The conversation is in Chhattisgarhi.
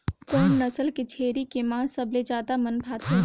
कोन नस्ल के छेरी के मांस सबले ज्यादा मन भाथे?